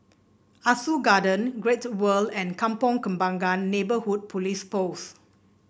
Ah Soo Garden Great World and Kampong Kembangan Neighbourhood Police Post